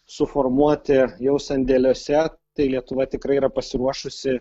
suformuoti jau sandėliuose tai lietuva tikrai yra pasiruošusi